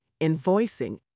Invoicing